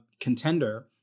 contender